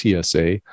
TSA